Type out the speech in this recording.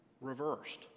reversed